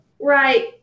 Right